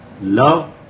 love